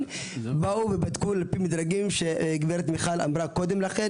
באו ובדקו לפי מדרגים שגברת מיכל אמרה קודם לכם,